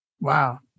Wow